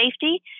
safety